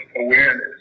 awareness